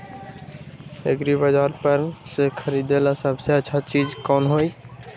एग्रिबाजार पर से खरीदे ला सबसे अच्छा चीज कोन हई?